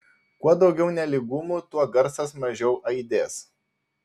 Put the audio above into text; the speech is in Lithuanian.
kuo daugiau nelygumų tuo garsas mažiau aidės